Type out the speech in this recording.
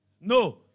No